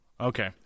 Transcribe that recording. Okay